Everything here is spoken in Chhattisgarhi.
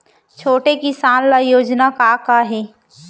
छोटे किसान ल योजना का का हे?